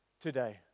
today